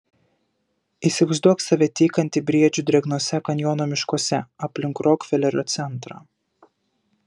įsivaizduok save tykantį briedžių drėgnuose kanjono miškuose aplink rokfelerio centrą